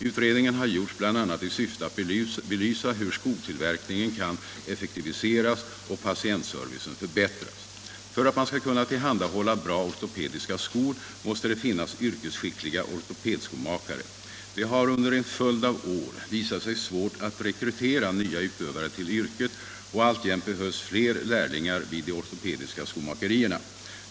Utredningen har gjorts bl.a. i syfte att belysa hur skotillverkningen kan effektiviseras och patientservicen förbättras. För att man skall kunna tillhandahålla bra ortopediska skor måste det finnas yrkesskickliga ortopedskomakare. Det har under en följd av år visat sig svårt att rekrytera nya utövare till yrket, och alltjämt behövs fler lärlingar vid de ortopediska skomakerierna.